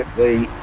the